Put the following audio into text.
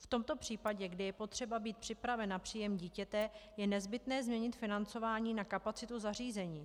V tomto případě, kdy je potřeba být připraven na příjem dítěte, je nezbytné změnit financování na kapacitu zařízení.